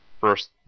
First